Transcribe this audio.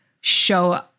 show